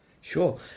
Sure